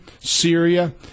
Syria